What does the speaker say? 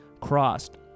crossed